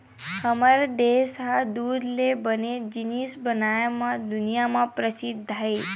हमर देस ह दूद ले बने जिनिस बनाए म दुनिया म परसिद्ध हे